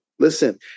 Listen